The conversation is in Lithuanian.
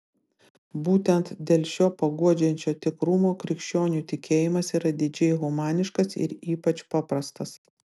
būtent dėl šio paguodžiančio tikrumo krikščionių tikėjimas yra didžiai humaniškas ir ypač paprastas